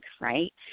right